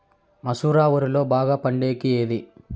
మసూర వరిలో బాగా పండేకి ఏది?